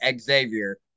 Xavier